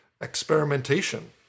experimentation